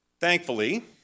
Thankfully